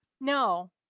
No